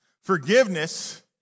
Forgiveness